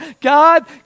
God